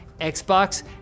Xbox